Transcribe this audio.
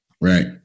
Right